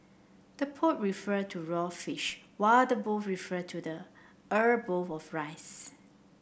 the poke refer to raw fish while the bowl refer to the er bowl of rice